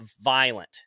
violent